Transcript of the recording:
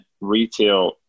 retail